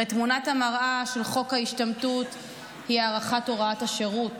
הרי תמונת המראה של חוק ההשתמטות היא הארכת הוראת השירות,